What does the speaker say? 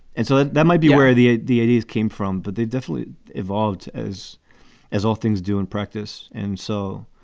and so that might be where the a. d. h. d came from. but they definitely evolved as as all things do in practice. and so,